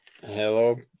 Hello